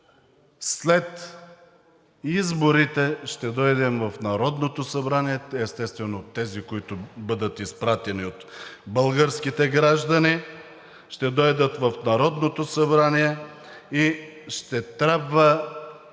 след изборите ще дойдем в Народното събрание – естествено, тези, които бъдат изпратени от българските граждани, ще дойдат в Народното събрание и ще трябва